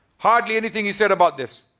hardly anything he said about this.